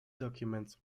documents